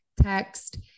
text